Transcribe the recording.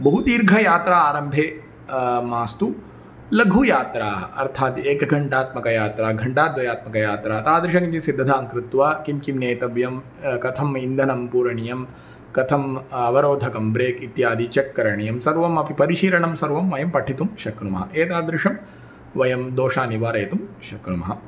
बहुदीर्घयात्रा आरम्भे मास्तु लघुयात्राः अर्थात् एकघण्टात्मकयात्रा घण्टाद्वयात्मकयात्रा तादृशमिति सिद्धतां कृत्वा किं किं नेतव्यं कथम् इन्धनं पूरणीयं कथम् अवरोधकं ब्रेक् इत्यादि चेक् करणीयं सर्वमपि परिशीलनं सर्वम् अयं पठितुं शक्नुमः एतादृशं वयं दोषान् निवारयितुं शक्नुमः